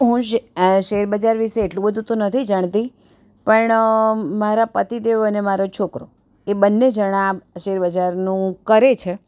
હું શેરબજાર વિશે તો એટલું બધું તો નથી જાણતી પણ મારા પતિદેવ અને મારો છોકરો એ બંને જણા શેરબજારનું કરે છે